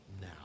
now